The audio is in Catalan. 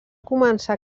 començar